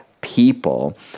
people